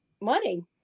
money